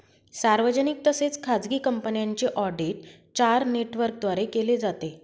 सार्वजनिक तसेच खाजगी कंपन्यांचे ऑडिट चार नेटवर्कद्वारे केले जाते